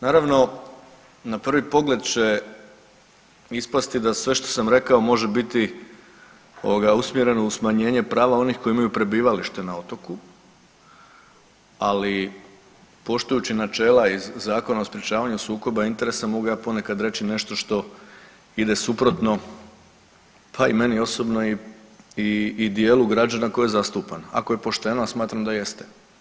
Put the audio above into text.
Naravno, na prvi pogled će ispasti da sve što sam rekao može biti ovoga usmjereno u smanjenje prava onih koji imaju prebivalište na otoku, ali poštujući načela iz Zakona o sprječavanju sukoba interesa mogu ja ponekad reći i nešto što ide suprotno pa i meni osobno i dijelu građana koje zastupam ako je pošteno, a smatram da jeste.